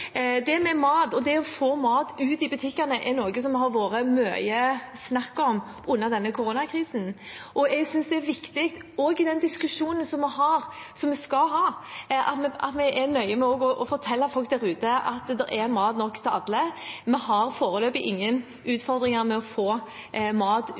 Det å få mat ut i butikkene er noe som det har vært mye snakk om under denne koronakrisen. Jeg synes det er viktig i den diskusjonen vi har og skal ha, at vi er nøye med å fortelle folk der ute at det er mat nok til alle. Vi har foreløpig ingen utfordringer med å få mat ut